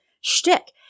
shtick